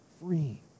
free